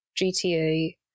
GTA